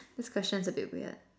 this question's a bit weird